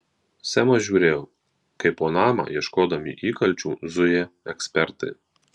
semas žiūrėjo kaip po namą ieškodami įkalčių zuja ekspertai